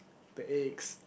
the eggs